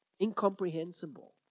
incomprehensible